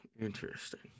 Interesting